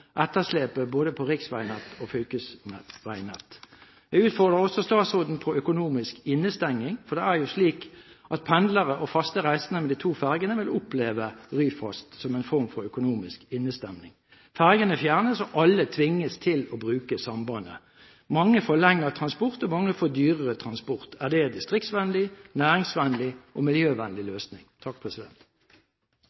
på både riksveinett og fylkesveinett. Jeg utfordrer også statsråden på økonomisk innestenging. Det er slik at pendlere og faste reisende med de to ferjene vil oppleve Ryfast som en form for økonomisk innestenging. Ferjene fjernes og alle tvinges til å bruke sambandet. Mange får lengre transportvei, og mange får dyrere transport. Er dette en distriktsvennlig, næringsvennlig og miljøvennlig